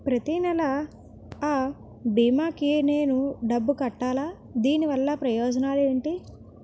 ప్రతినెల అ భీమా కి నేను డబ్బు కట్టాలా? దీనివల్ల ప్రయోజనాలు ఎంటి?